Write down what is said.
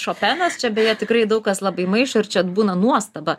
šopenas čia beje tikrai daug kas labai maišo ir čia būna nuostaba